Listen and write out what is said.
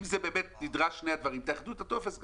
אם באמת נדרשים שני הדברים, תאחדו את הטופס גם.